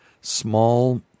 small